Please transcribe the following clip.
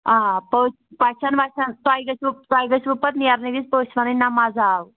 آ پٔژھۍ پَژھٮ۪ن وَژھٮ۪ن تۄہہِ گٔژھِوٕ تۄہہِ گٔژھِوٕ پَتہٕ نیرنہٕ وِز پٔژھۍ وَنٕنۍ نہ مَزٕ آو